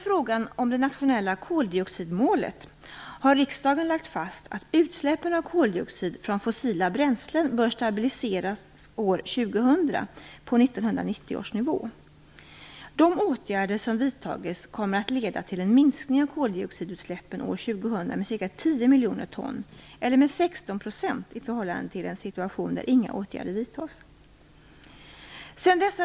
En ökad konkurrens på godstrafikmarknaden bör förbättra möjligheterna att säkerställa vagnslasttrafiken i de mer glesbefolkade delarna av landet.